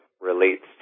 relates